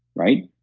right?